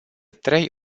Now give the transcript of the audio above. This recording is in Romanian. trei